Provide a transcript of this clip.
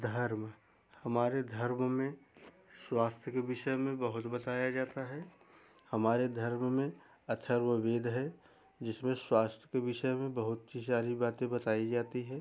धर्म हमारे धर्म में स्वास्थ के विषय में बहुत बताया जाता है हमारे धर्म में अथर्ववेद है जिसमें स्वास्थ्य के विषय में बहुत सारी बातें बताई जाती है